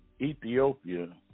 Ethiopia